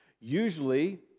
Usually